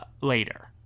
later